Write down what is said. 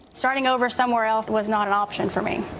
starting over somewhere else was not an option for me.